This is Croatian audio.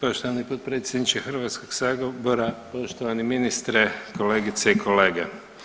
Poštovani potpredsjedniče Hrvatskog sabora, poštovani ministre, kolegice i kolege.